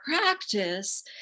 practice